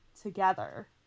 together